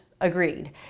agreed